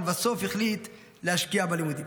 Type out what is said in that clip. ולבסוף החליט להשקיע בלימודים.